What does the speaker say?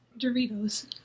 Doritos